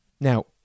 Now